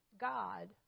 God